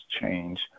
change